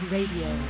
Radio